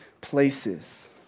places